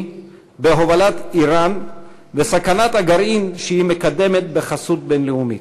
בהובלת איראן וסכנת הגרעין שהיא מקדמת בחסות בין-לאומית.